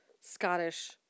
Scottish